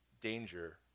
danger